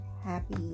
happy